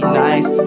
nice